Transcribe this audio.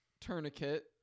Tourniquet